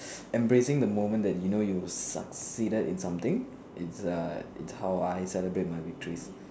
embracing the moment that you know you succeeded in something it's a is how I celebrate my victories